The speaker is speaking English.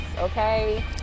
okay